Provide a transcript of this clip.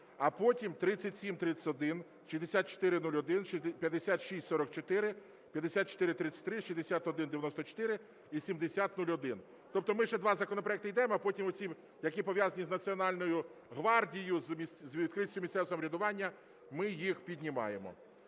а потім 3731, 6401, 5644, 5433, 6194 і 7001. Тобто ми ще два законопроекти йдемо, а потім оці, які пов'язані з Національною гвардією, з відкритістю місцевого самоврядування ми їх піднімаємо.